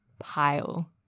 Pile